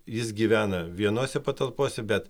jis gyvena vienose patalpose bet